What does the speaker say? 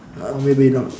uh maybe not